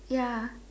ya